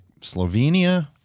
Slovenia